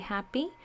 Happy